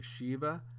yeshiva